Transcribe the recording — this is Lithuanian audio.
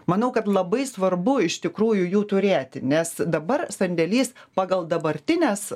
manau kad labai svarbu iš tikrųjų jų turėti nes dabar sandėlys pagal dabartines